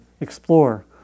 explore